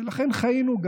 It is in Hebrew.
ולכן חיינו,